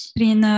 prin